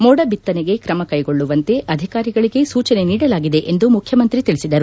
ಮೋಡ ಬಿತ್ತನೆಗೆ ತ್ರಮ ಕೈಗೊಳ್ಳುವಂತೆ ಅಧಿಕಾರಿಗಳಿಗೆ ಸೂಚನೆ ನೀಡಲಾಗಿದೆ ಎಂದು ಮುಖ್ಯಮಂತ್ರಿ ತಿಳಿಸಿದರು